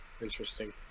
Interesting